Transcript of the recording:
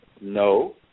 no